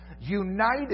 united